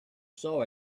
saw